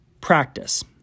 practice